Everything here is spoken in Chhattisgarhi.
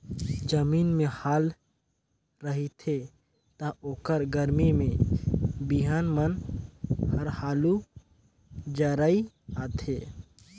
जमीन में हाल रहिथे त ओखर गरमी में बिहन मन हर हालू जरई आथे